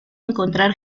encontrar